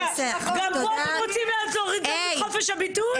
גם פה בכנסת אתם רוצים לקחת את חופש הביטוי?